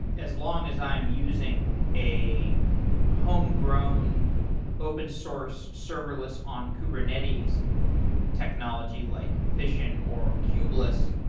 as long as i'm using a homegrown open-source serverless on kubernetes technology, like fission or cubeless,